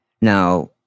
Now